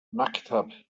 maktub